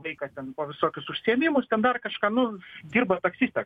vaiką ten visokius užsiėmimus ten dabar kažką nu dirba taksiste